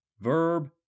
verb